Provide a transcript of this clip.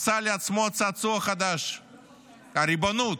מצא לעצמו צעצוע חדש, הריבונות.